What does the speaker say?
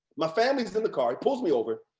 my family's in the car, he pulls me over,